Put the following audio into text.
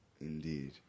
indeed